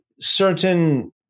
certain